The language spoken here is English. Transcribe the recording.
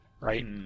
right